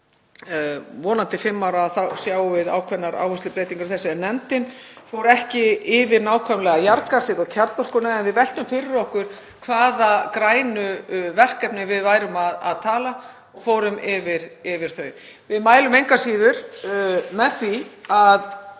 vonandi rætist það, sjáum við ákveðnar áherslubreytingar í þessu. Nefndin fór ekki nákvæmlega yfir jarðgasið og kjarnorkuna en við veltum fyrir okkur hvaða grænu verkefni við værum að tala um og fórum yfir þau. Við mælum engu að síður með því að